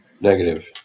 Negative